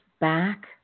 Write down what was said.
back